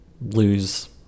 lose